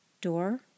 door